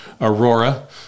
Aurora